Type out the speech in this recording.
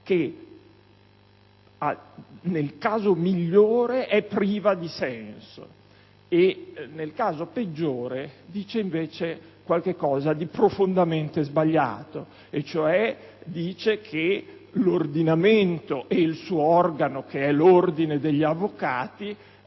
che, nel caso migliore, è priva di senso e, nel caso peggiore, dice invece qualcosa di profondamente sbagliato e cioè che l'ordinamento e il suo organo, che è l'Ordine degli avvocati,